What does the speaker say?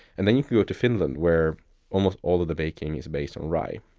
and then you can go to finland where almost all of the baking is based on rye.